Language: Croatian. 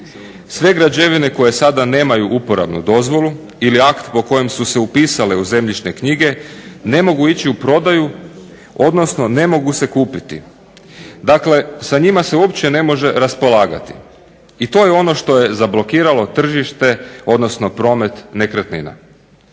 sve građevine koje sada nemaju uporabnu dozvolu ili akt po kojem su se upisale u zemljišne knjige ne mogu ići u prodaju, odnosno ne mogu se kupiti. Dakle, sa njima se uopće ne može raspolagati. I to je ono što je zablokiralo tržište, odnosno promet nekretnina.